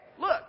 Look